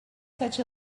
such